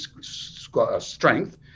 strength